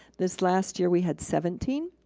this last year, we had seventeen.